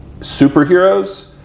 superheroes